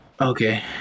Okay